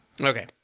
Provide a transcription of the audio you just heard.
Okay